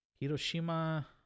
Hiroshima